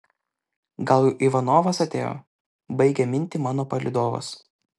gal jau ivanovas atėjo baigia mintį mano palydovas